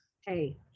Hey